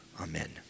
Amen